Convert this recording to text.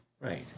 Right